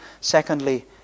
secondly